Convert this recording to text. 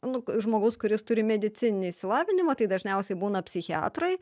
nu žmogaus kuris turi medicininį išsilavinimą tai dažniausiai būna psichiatrai